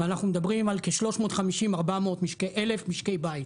ואנחנו מדברים על כ-350 עד 400 אלף משקי בית.